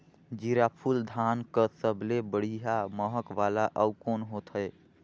जीराफुल धान कस सबले बढ़िया महक वाला अउ कोन होथै?